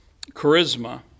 charisma